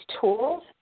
tools